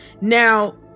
Now